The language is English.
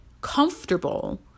comfortable